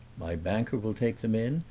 my banker will take them in,